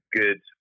good